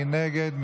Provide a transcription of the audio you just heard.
מי נגד?